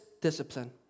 discipline